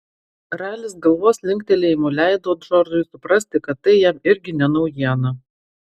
ralis galvos linktelėjimu leido džordžui suprasti kad tai jam irgi ne naujiena